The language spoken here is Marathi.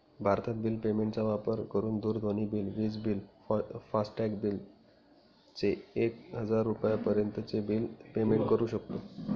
भारतत बिल पेमेंट चा वापर करून दूरध्वनी बिल, विज बिल, फास्टॅग चे एक हजार रुपयापर्यंत चे बिल पेमेंट करू शकतो